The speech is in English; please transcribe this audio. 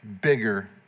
bigger